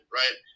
right